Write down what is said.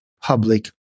public